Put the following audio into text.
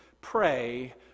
pray